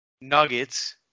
Nuggets